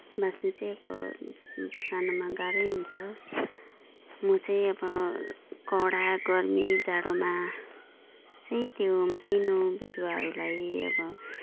बाँच्नु चाहिँ अब सानोमा गाह्रै हुन्छ म चाहिँ अब कडा गर्मी जाडोमा चाहिँ त्यो मसिनो बिरुवाहरूलाई अब